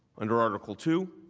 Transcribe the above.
under article two